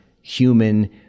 human